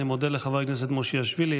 אני מודה לחבר הכנסת מושיאשוילי.